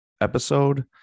episode